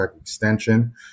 extension